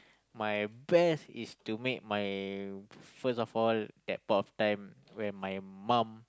my best is to make my first of all at that point of time when my mum